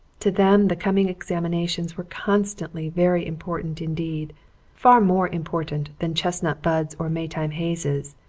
to them the coming examinations were constantly very important indeed far more important than chestnut buds or maytime hazes.